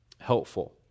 helpful